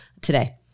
today